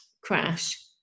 crash